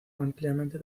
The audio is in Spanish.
ampliamente